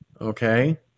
Okay